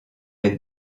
est